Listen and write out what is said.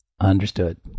Understood